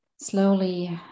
slowly